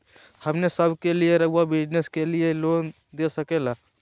हमने सब के लिए रहुआ बिजनेस के लिए लोन दे सके ला?